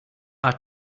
are